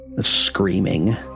screaming